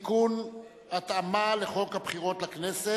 לדיון מוקדם בוועדת החוקה, חוק ומשפט נתקבלה.